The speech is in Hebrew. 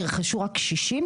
נרכשו רק 60?